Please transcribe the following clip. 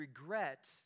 regret